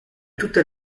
tutte